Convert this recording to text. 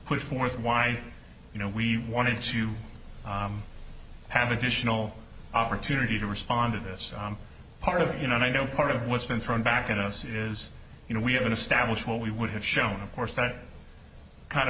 put forth you know we wanted to have additional opportunity to respond to this part of you know i don't part of what's been thrown back at us is you know we haven't established what we would have shown of course that kind of